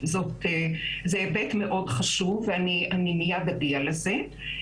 זה היבט מאוד חשוב, ואני מיד אגיע לזה.